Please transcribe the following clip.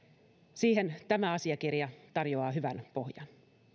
siihen tämä asiakirja tarjoaa hyvän pohjan